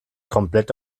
komplett